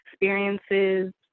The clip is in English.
experiences